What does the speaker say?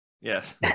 Yes